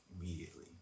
immediately